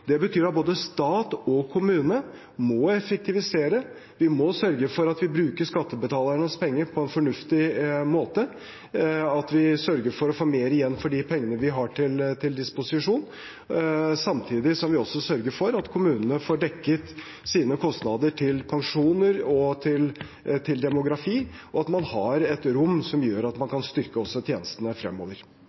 Det betyr at både stat og kommune må effektivisere. Vi må sørge for at vi bruker skattebetalernes penger på en fornuftig måte, at vi sørger for å få mer igjen for de pengene vi har til disposisjon, samtidig som vi også sørger for at kommunene får dekket sine kostnader til pensjoner og til demografi, og at man har et rom som gjør at man kan styrke også tjenestene fremover.